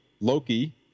Loki